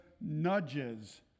nudges